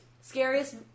Scariest